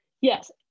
yes